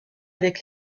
avec